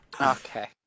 Okay